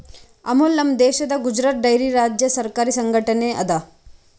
ಅಮುಲ್ ನಮ್ ದೇಶದ್ ಗುಜರಾತ್ ಡೈರಿ ರಾಜ್ಯ ಸರಕಾರಿ ಸಂಘಟನೆ ಅದಾ